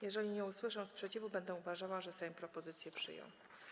Jeżeli nie usłyszę sprzeciwu, będę uważała, że Sejm propozycję przyjął.